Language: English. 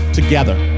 together